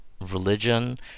religion